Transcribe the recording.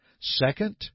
Second